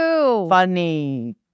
Funny